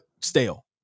stale